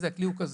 הכלי הוא כזה.